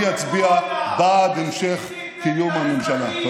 אני אצביע בעד המשך, מי שהסית נגד אזרחים.